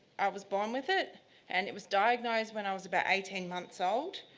i was born with it and it was diagnosed when i was about eighteen months old.